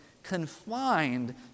confined